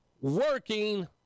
working